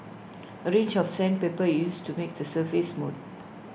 A range of sandpaper is used to make the surface smooth